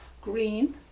green